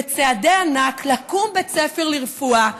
בצעדי ענק, לקום בית ספר לרפואה,